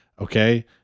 okay